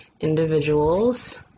individuals